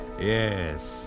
Yes